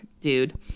dude